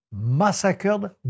massacred